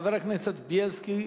חבר הכנסת בילסקי,